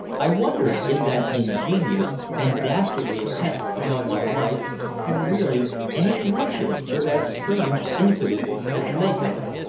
i wondered if that ingenious and dastardly attempt upon my life had really any connection with that strange incident at leghorn.